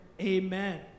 Amen